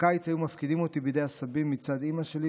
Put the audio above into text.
בקיץ היו מפקידים אותי בידי הסבים מצד אימא שלי,